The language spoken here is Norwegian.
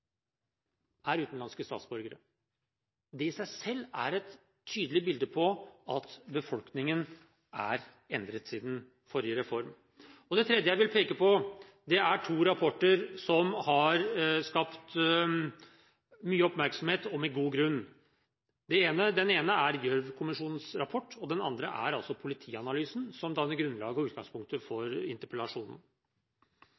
er utenlandske statsborgere. Det i seg selv er et tydelig bilde på at befolkningen er endret siden forrige reform. Det tredje jeg vil peke på, er to rapporter som har skapt mye oppmerksomhet, og med god grunn. Den ene er Gjørv-kommisjonens rapport, og den andre er altså politianalysen, som danner grunnlaget og utgangspunktet for